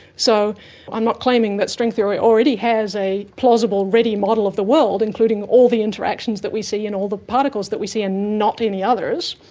so i'm not claiming that string theory already has a plausible ready model of the world including all the interactions that we see in all the particles that we see and not any others,